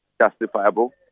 justifiable